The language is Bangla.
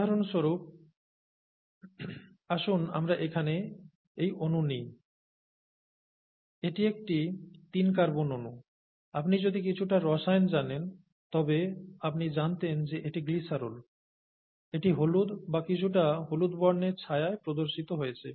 উদাহরণস্বরূপ আসুন আমরা এখানে এই অণু নিই এটি একটি তিন কার্বন অণু আপনি যদি কিছুটা রসায়ন জানেন তবে আপনি জানতেন যে এটি গ্লিসারল এটি হলুদ বা কিছুটা হলুদ বর্ণের ছায়ায় প্রদর্শিত হয়েছে